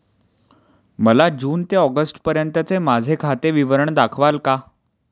मला जून ते ऑगस्टपर्यंतचे माझे खाते विवरण दाखवाल का?